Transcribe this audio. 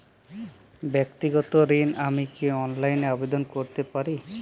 ব্যাক্তিগত ঋণ আমি কি অনলাইন এ আবেদন করতে পারি?